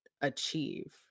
achieve